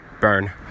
Burn